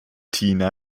tina